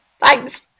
Thanks